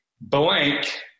blank